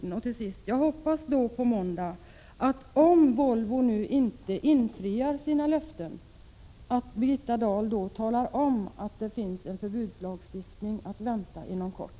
Till sist vill jag säga att jag hoppas att Birgitta Dahl, om Volvo på måndag inte infriar sina löften, talar om att en förbudslagstiftning är att vänta inom kort.